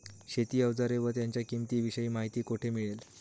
शेती औजारे व त्यांच्या किंमतीविषयी माहिती कोठे मिळेल?